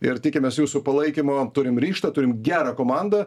ir tikimės jūsų palaikymo turim ryžtą turim gerą komandą